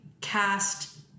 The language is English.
cast